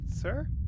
sir